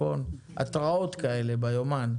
התראות כאלה ביומן.